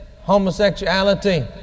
homosexuality